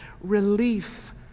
relief